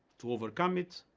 to overcome it,